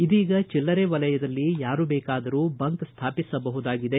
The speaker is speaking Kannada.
ಇದೀಗ ಚಿಲ್ಲರೆ ವಲಯದಲ್ಲಿ ಯಾರೂ ಬೇಕಾದರೂ ಬಂಕ್ ಸ್ಥಾಪಿಸಬಹುದಾಗಿದೆ